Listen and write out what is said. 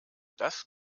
das